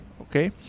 Okay